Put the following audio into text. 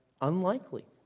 unlikely